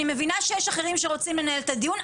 אני מבינה שיש אחרים שרוצים לנהל את הדיון.